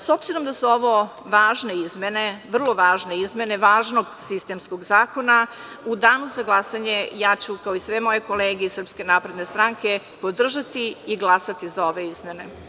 S obzirom da su ovo vrlo važne izmene važnog sistemskog zakona, u danu za glasanje ja ću, kao i sve moje kolege iz SNS, podržati i glasati za ove izmene.